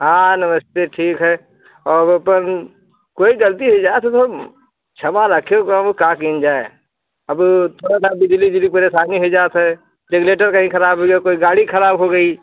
हाँ नमस्ते ठीक है और वो पर कोई गलती हुई जात है तो क्षमा राखेऊ का कीन जाय अब थोड़ा सा बिजली उजलिक परेशानी हुई जात है जगनेटर कहीं खराब हो गया कोई गाड़ी खराब हो गई